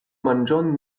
manĝon